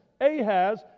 Ahaz